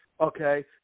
Okay